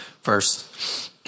first